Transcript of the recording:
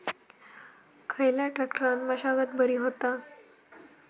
खयल्या ट्रॅक्टरान मशागत बरी होता?